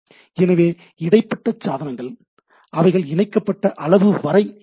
எனவே இடைப்பட்ட சாதனங்கள் அவைகள் இணைக்கப்பட்ட அளவு வரைக்கும் இயங்கும்